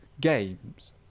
games